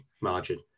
margin